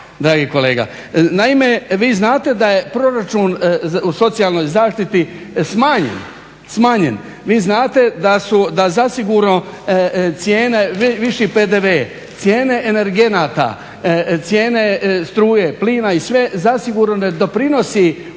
Naime, vi znate da je proračun u socijalnoj zaštiti smanjen, vi znate da zasigurno viši PDV, cijene energenata, cijene struje, plina i sve zasigurno ne doprinosi